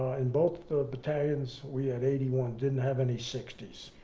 in both the battalions, we had eighty one. didn't have any sixty